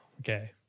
okay